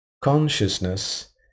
consciousness